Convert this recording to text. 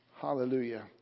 Hallelujah